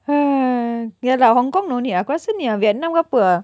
ha ya lah hong kong no need ah aku rasa vietnam ke apa ah